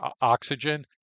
oxygen